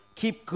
keep